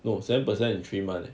no seven per cent in three months